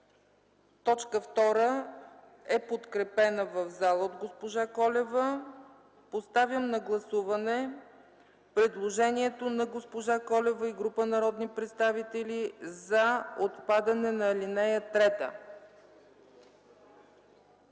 Точка 2 е подкрепена в зала от госпожа Колева. Поставям на гласуване предложението на госпожа Колева и група народни представители за отпадане на ал. 3.